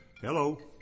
Hello